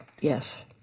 Yes